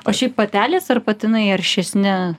o šiaip patelės ar patinai aršesni